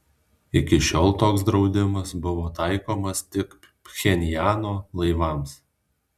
iki šiol toks draudimas buvo taikomas tik pchenjano laivams